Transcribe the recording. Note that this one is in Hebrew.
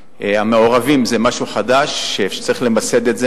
זה משהו חדש שצריך למסד את זה,